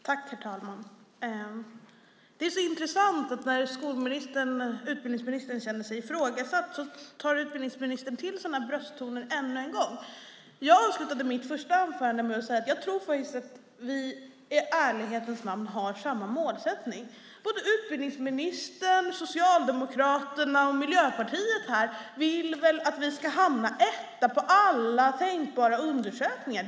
Herr talman! Det är intressant att när utbildningsministern känner sig ifrågasatt tar han till brösttoner ännu en gång. Jag avslutade mitt första anförande med att säga att jag i ärlighetens namn tror att vi har samma målsättning. Såväl utbildningsministern som Socialdemokraterna och Miljöpartiet vill väl att vi ska hamna etta i alla tänkbara undersökningar.